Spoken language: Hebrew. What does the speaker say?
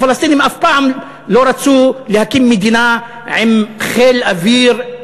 הפלסטינים אף פעם לא רצו להקים מדינה עם חיל אוויר,